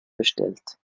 bestellt